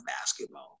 basketball